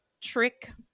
trick